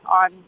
on